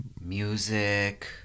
music